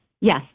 Yes